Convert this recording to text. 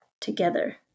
together